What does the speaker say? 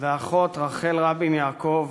האחות רחל רבין יעקב